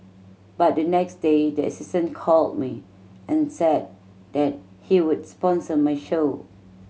but the next day the assistant called me and said that he would sponsor my show